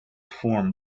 form